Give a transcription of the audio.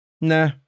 nah